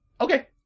Okay